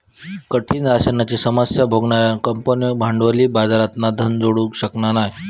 कठीण राशनाची समस्या भोगणार्यो कंपन्यो भांडवली बाजारातना धन जोडू शकना नाय